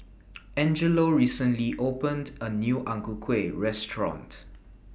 Angelo recently opened A New Ang Ku Kueh Restaurant